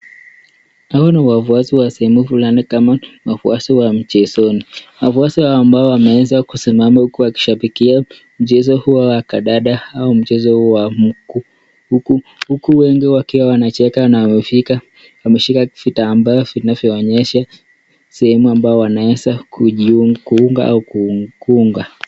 Hawa ni wafuasi wa sehemu fulani, kama wafuasi wa mchezoni, wafuasi hao ambao wameeza kusimama huku wakishabikia mchezo huo wa kadanda, au mchezo wa mguu, huku wengi wakiwa wanacheka na wameshika vitambaa vinazoonyesha sehemu wanaeza kujiunga ama kuunga.